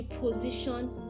position